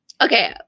okay